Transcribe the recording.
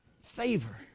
favor